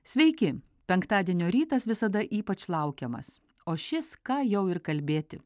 sveiki penktadienio rytas visada ypač laukiamas o šis ką jau ir kalbėti